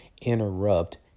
interrupt